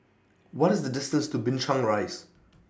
What IS The distance to Binchang Rise